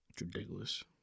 Ridiculous